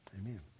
Amen